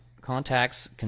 contacts